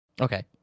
Okay